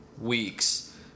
weeks